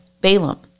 Balaam